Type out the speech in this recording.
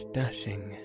dashing